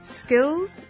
skills